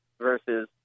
versus